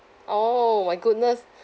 orh my goodness